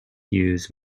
used